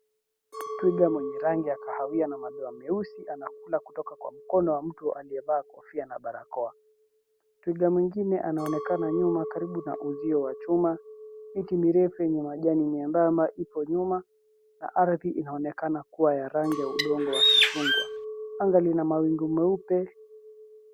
Twiga mwenye rangi ya kahawia na madoa meusi anakula kutoka kwa mkono wa mtu aliyevaa kofia na barakoa. Twiga mwingine anaonekana nyuma karibu na uzio wa chuma. Miti mirefu yenye majani miembamba ipo nyuma na ardhi inaonekana kuwa ya rangi ya udongo wa kichungu. Anga lina mawingu meupe.